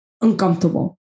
uncomfortable